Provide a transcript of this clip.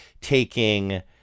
taking